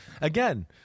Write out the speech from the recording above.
again